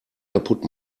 kaputt